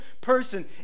person